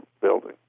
building